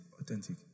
authentic